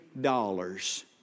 dollars